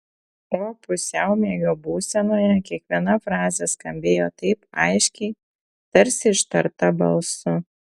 o pusiaumiegio būsenoje kiekviena frazė skambėjo taip aiškiai tarsi ištarta balsu